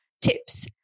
tips